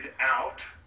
out